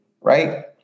right